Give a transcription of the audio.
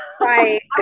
right